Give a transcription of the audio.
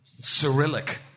Cyrillic